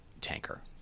tanker